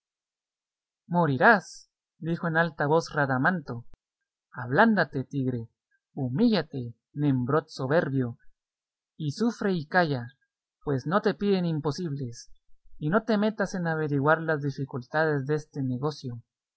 morirás dijo en alta voz radamanto ablándate tigre humíllate nembrot soberbio y sufre y calla pues no te piden imposibles y no te metas en averiguar las dificultades deste negocio